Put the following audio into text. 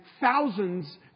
thousands